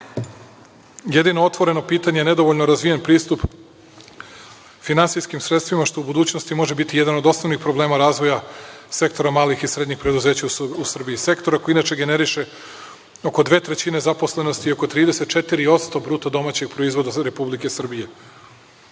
vlasti. Jedino otvoreno pitanje nedovoljno razvijen pristup finansijskim sredstvima što u budućnosti može biti jedan od osnovnih problema razvoja sektora malih i srednjih preduzeća u Srbiji, sektora koji inače generiše oko dve trećine zaposlenosti i oko 34% BDP Srbije. Vlada Srbije